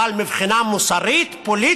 אבל מבחינה מוסרית-פוליטית,